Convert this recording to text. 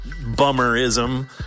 bummerism